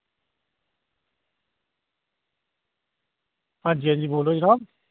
हा जी हां जी बोलो जनाब